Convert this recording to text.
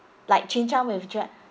like chin chow